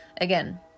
again